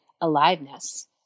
aliveness